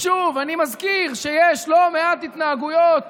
שוב, אני מזכיר שיש לא מעט התנהגויות